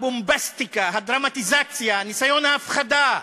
הבומבסטיקה, הדרמטיזציה, ניסיון ההפחדה,